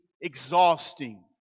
exhausting